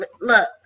Look